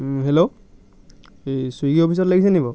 hello এই Swiggy অফিচত লাগিছে নি বাৰু